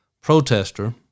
protester